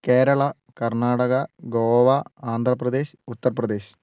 Kerala Karnataka Goa Andhra Pradesh Uttar Pradesh